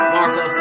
Marco